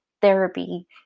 therapy